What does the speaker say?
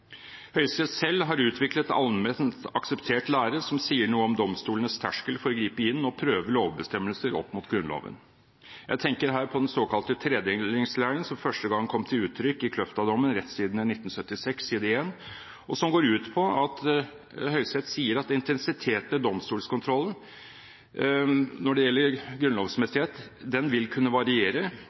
selv har utviklet allment akseptert lære som sier noe om domstolenes terskel for å gripe inn og prøve lovbestemmelser opp mot Grunnloven. Jeg tenker her på den såkalte tredelingslæren, som første gang kom til uttrykk i Kløfta-dommen, Rettstidende 1976, side 1, som går ut på at Høyesterett sier at intensiteten i domstolskontrollen når det gjelder grunnlovsmessighet, vil kunne variere.